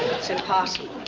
it's impossible.